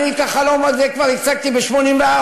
אני את החלום הזה כבר הצגתי ב-1984.